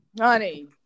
Honey